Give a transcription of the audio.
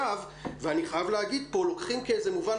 ואני חייב להגיד פה לוקחים כמובן